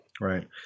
Right